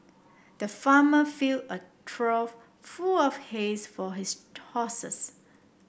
the farmer filled a trough of full of hays for his